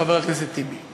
חבר הכנסת טיבי.